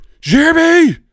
Jeremy